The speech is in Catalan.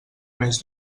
mes